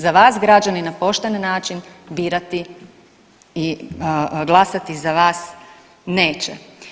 Za vas građani na pošten način birati i glasati za vas neće.